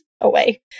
away